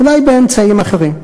אולי באמצעים אחרים.